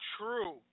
true